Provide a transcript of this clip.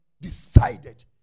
decided